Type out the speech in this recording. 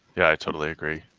yeah, i totally agree.